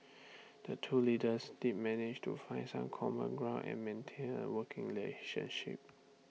the two leaders did manage to find some common ground and maintain A working relationship